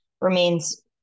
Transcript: remains